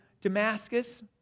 Damascus